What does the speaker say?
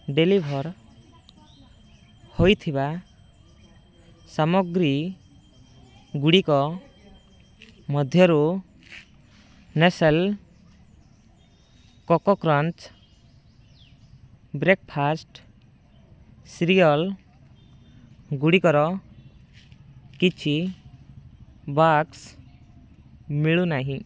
deliver ହୋଇଥିବା ସାମଗ୍ରୀ ଗୁଡ଼ିକ ମଧ୍ୟରୁ Nestle Koko Krunch breakfast cereal ଗୁଡ଼ିକର କିଛି ବାକ୍ସ ମିଳୁନାହିଁ